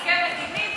הסכם מדיני,